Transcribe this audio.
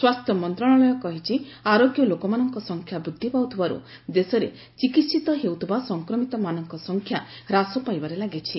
ସ୍ପାସ୍ଥ୍ୟ ମନ୍ତ୍ରଣାଳୟ କହିଛି ଆରୋଗ୍ୟ ଲୋକମାନଙ୍କ ସଂଖ୍ୟା ବୃଦ୍ଧି ପାଉଥିବାରୁ ଦେଶରେ ଚିକିିିିତ ହେଉଥିବା ସଂକ୍ରମିତମାନଙ୍କ ସଂଖ୍ୟା ହ୍ରାସ ପାଇବାରେ ଲାଗିଛି